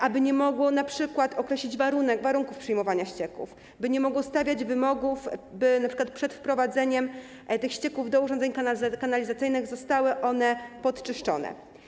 Aby nie mogło np. określić warunków przyjmowania ścieków, by nie mogło stawiać wymogów, by np. przed wprowadzeniem tych ścieków do urządzeń kanalizacyjnych zostały one podczyszczone.